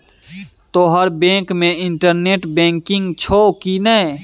तोहर बैंक मे internet banking छौ कि नै